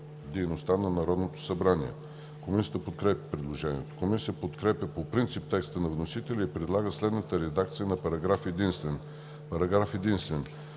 дейността на Народното събрание. Комисията подкрепя предложението. Комисията подкрепя по принцип текста на вносителя и предлага следната редакция на § 49, който става §